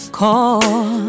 call